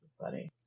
Buddy